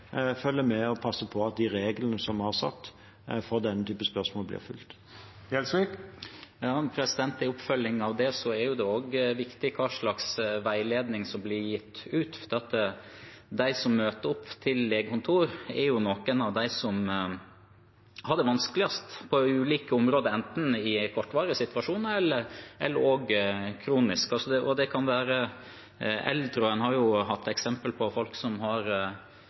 følger med og passer på at de reglene som vi har fastsatt for denne typen spørsmål, blir fulgt. I oppfølgingen av det er det også viktig hva slags veiledning som blir gitt ut, for de som møter opp på legekontor, er noen av dem som har det vanskeligst på ulike områder, enten situasjonen er kortvarig eller kronisk. Det kan være eldre, og en har hatt eksempler på folk som har